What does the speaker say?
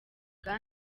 bwa